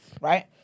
Right